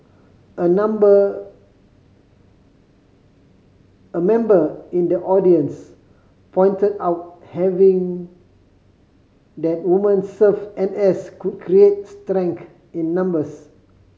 a number a member in the audience pointed out having that woman serve N S could create in numbers